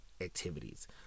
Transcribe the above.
activities